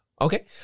Okay